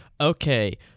okay